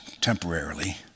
temporarily